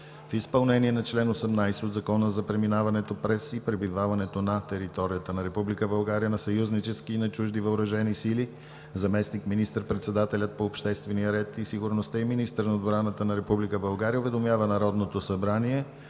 В изпълнение на чл. 18 от Закона за преминаването през и пребиваването на територията на Република България на съюзнически и на чужди въоръжени сили, заместник министър-председателят по обществения ред и сигурността и министър на отбраната на Република България уведомява Народното събрание,